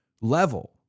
level